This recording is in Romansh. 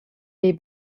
ver